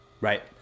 Right